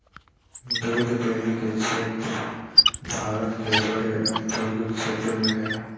दूध डेरी के क्षेत्र भारत के बड़े औद्योगिक क्षेत्रों में हइ